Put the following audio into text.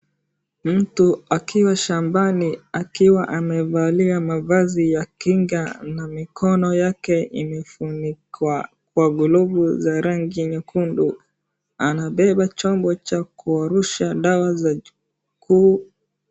Mtu akiwa shambani akiwa amevalia mavazi ya kinga na mikono yake imefunikwa kwa glovu za rangi nyekundu anabeba chombo cha kurusha dawa za .